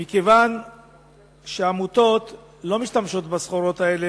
מכיוון שהעמותות לא משתמשות בסחורות האלה